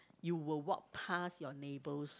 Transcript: you will walk past your neighbours